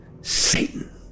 Satan